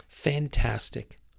Fantastic